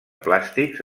plàstics